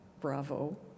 Bravo